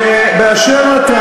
למה?